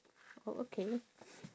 oh okay